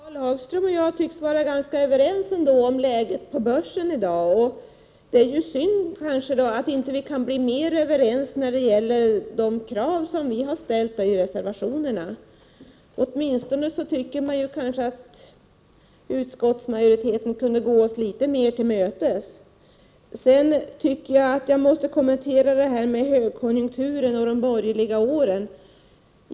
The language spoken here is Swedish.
Herr talman! Karl Hagström och jag tycks vara ganska överens om läget på börsen i dag. Det är synd att vi inte kan bli mera överens när det gäller de krav som vi har ställt i reservationerna. Man kan åtminstone tycka att utskottsmajoriteten skulle kunna gå oss litet mer till mötes. Jag måste kommentera det som sades om högkonjunkturen och de borgerliga åren.